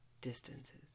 distances